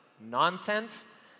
nonsense